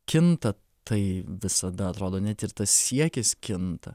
kinta tai visada atrodo net ir tas siekis kinta